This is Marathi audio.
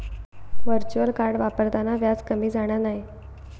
व्हर्चुअल कार्ड वापरताना व्याज कमी जाणा नाय